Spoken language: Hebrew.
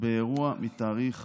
באירוע מתאריך